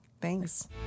Thanks